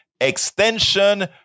extension